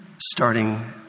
starting